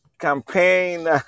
campaign